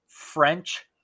French